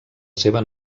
seva